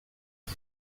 sus